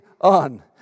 on